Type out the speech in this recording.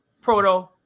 proto